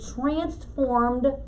transformed